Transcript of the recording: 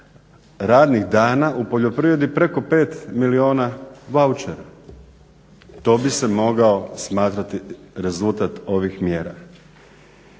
radnih dana u poljoprivredi preko 5 milijuna vaučera. To bi se mogao smatrati rezultat ovih mjera.